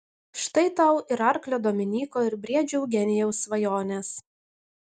štai tau ir arklio dominyko ir briedžio eugenijaus svajonės